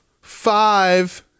five